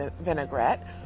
vinaigrette